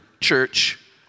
Church